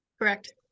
Correct